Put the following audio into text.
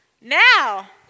Now